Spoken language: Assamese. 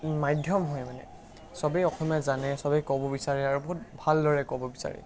মাধ্যম হয় মানে সবেই অসমীয়া জানে সবেই ক'ব বিচাৰে আৰু বহুত ভালদৰে ক'ব বিচাৰে